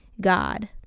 god